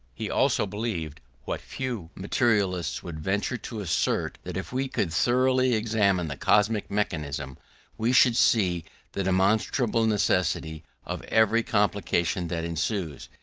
he also believed what few materialists would venture to assert, that if we could thoroughly examine the cosmic mechanism we should see the demonstrable necessity of every complication that ensues,